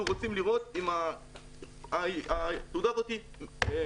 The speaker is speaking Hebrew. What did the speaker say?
אנחנו רוצים לראות אם התעודה הזאת מאומתת.